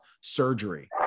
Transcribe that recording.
surgery